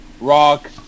rock